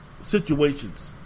situations